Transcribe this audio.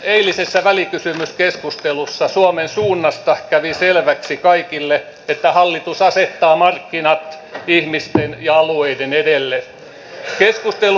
eilisessä välikysymyskeskustelussa suomen suunnasta kävi selväksi kaikille että hallitus asettaa markkinat ihmisten ja alueiden edelle